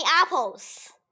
apples